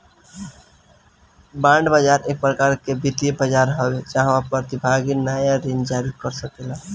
bond बाजार एक प्रकार के वित्तीय बाजार हवे जाहवा प्रतिभागी नाया ऋण जारी कर सकेला